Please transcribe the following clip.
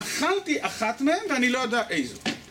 הכנתי אחת מהן, ואני לא יודע איזו